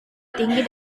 tinggi